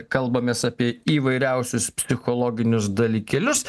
kalbamės apie įvairiausius psichologinius dalykėlius